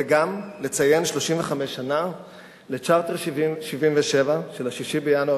וגם לציין 35 שנה לצ'רטר 77 של 6 בינואר